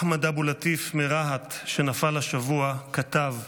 אחמד אבו לטיף מרהט, שנפל השבוע, כתב: